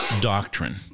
doctrine